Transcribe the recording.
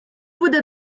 буде